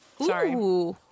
sorry